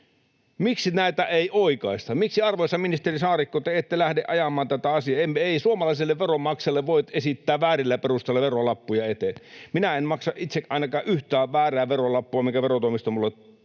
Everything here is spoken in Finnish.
Miksi näitä ei oikaista? Miksi, arvoisa ministeri Saarikko, te ette lähde ajamaan tätä asiaa? Ei suomalaiselle veronmaksajalle voi esittää väärillä perusteilla verolappuja eteen. Minä en maksa itse ainakaan yhtään väärää verolappua, minkä verotoimisto on minulle toimittanut.